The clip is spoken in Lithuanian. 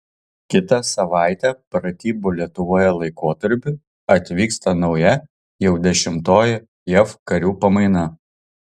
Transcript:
kitą savaitę pratybų lietuvoje laikotarpiui atvyksta nauja jau dešimtoji jav karių pamaina